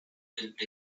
helped